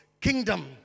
kingdom